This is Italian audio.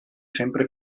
sempre